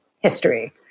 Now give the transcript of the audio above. history